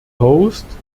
post